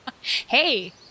Hey